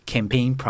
Campaign